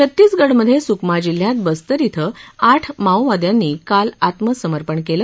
छत्तीसगढमधे सुकमा जिल्ह्यात बस्तर ॐ आठ माओवाद्यांनी काल आत्मसमर्पण केलं